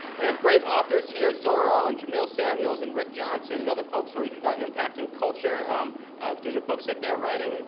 we have great authors here zorro and jamiyl samuels and rick johnson and other folks who are impacting culture through the books that they're writing.